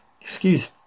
Excuse